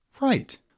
Right